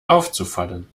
aufzufallen